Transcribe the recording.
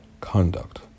conduct